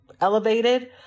elevated